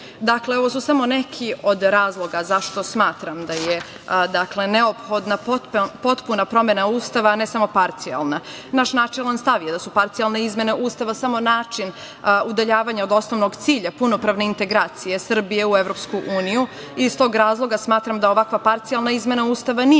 ovo su samo neki od razloga zašto smatram da je neophodna potpuna promena Ustava, a ne samo parcijalna. Naš načelan stav je da su parcijalne izmene Ustava samo način udaljavanja od osnovnog cilja - punopravne integracije Srbije u EU. Iz tog razloga smatram da ovakva parcijalna izmena Ustava nije